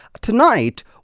Tonight